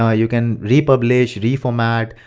ah you can republish, reformat,